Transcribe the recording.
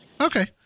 Okay